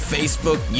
Facebook